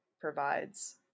provides